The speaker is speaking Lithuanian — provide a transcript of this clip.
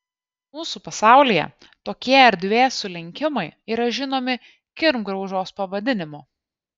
mūsų pasaulyje tokie erdvės sulenkimai yra žinomi kirmgraužos pavadinimu